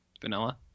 vanilla